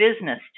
business